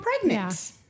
pregnant